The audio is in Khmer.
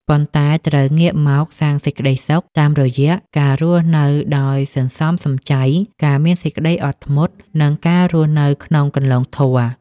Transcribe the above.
ប៉ុន្តែត្រូវងាកមកសាងសេចក្ដីសុខតាមរយៈការរស់នៅដោយសន្សំសំចៃ ការមានសេចក្ដីអត់ធ្មត់ និងការរស់នៅក្នុងគន្លងធម៌។